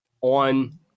on